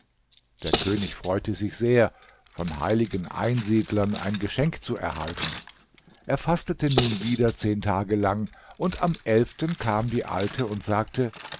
der könig freute sich sehr von heiligen einsiedlern ein geschenk zu erhalten er fastete nun wieder zehn tag lang und am elften kam die alte und sage